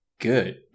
good